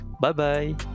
Bye-bye